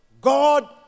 God